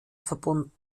verbunden